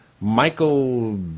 Michael